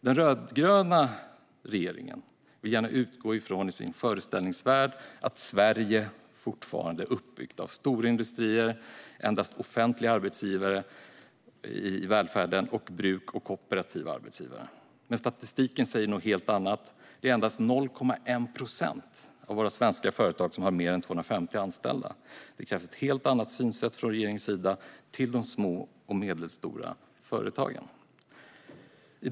Den rödgröna regeringen vill gärna i sin föreställningsvärld utgå från att Sverige fortfarande är uppbyggt av stora industrier, endast offentliga arbetsgivare i välfärden, bruk och kooperativa arbetsgivare. Men statistiken säger någonting helt annat. Det är endast 0,1 procent av våra svenska företag som har mer än 250 anställda. Det krävs ett helt annat synsätt från regeringens sida på de små och medelstora företagen. Herr talman!